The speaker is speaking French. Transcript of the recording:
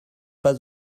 pas